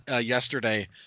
yesterday